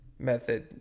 method